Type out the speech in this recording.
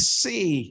see